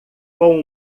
com